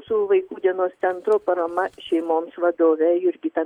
su vaikų dienos centru parama šeimoms vadovė jurgita